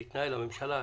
הרשתה,